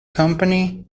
company